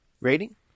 Rating